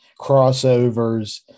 crossovers